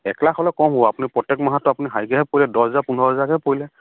একলাখ হ'লে কম